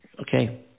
okay